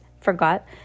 forgot